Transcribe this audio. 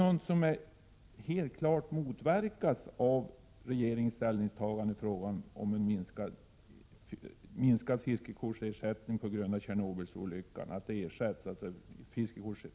Bildandet av fiskevårdsområden motverkas genom regeringens ställningstagande i frågan om ersättning för minskad fiskekortsförsäljning på grund av Tjernobylolyckan.